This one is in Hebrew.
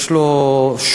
יש לו שוק,